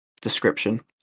description